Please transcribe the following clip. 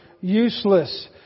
useless